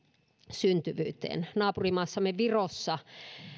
syntyvyyteen naapurimaassamme virossa